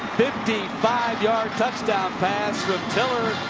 fifty five yard touchdown pass from tiller.